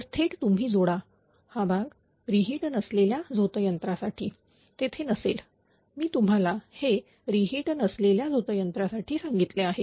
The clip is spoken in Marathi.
तर थेट तुम्ही जोडा हा भाग रि हिट नसलेल्या झोतयंत्रासाठी तेथे नसेल मी तुम्हाला हे रि हिट नसलेल्या झोतयंत्रासाठी सांगितले आहे